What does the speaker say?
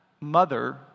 mother